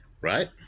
Right